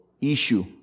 issue